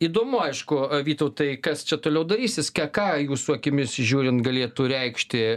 įdomu aišku vytautai kas čia toliau darysis viską ką jūsų akimis žiūrint galėtų reikšti